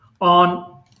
on